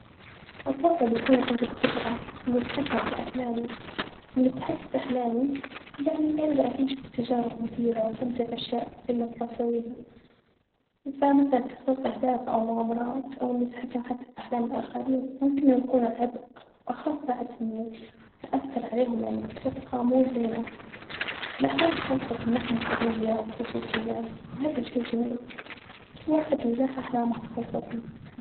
أفظل يكون عندي القدرة ان اتحكم في أحلامي انو اتحكم في أحلامي يعني اني اجدر أعيش في تجارب مثيرة واستمتع بأشياء الي ابغي اسويها فمتي تحقيق أهداف أو مغامرات أو ان أتحكم حتي في أحلام الآخرين ممكن يكون عبء واخاف بعد اني أأثر عليهم يعني بطريقة مو زينة فالأحلام الخاصة تمنحني حرية خصوصية وهذا شيء جميل كل واحد وله أحلامه الخاصة فيه